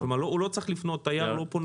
כלומר תייר לא צריך לפנות ישירות?